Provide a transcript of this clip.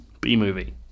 B-movie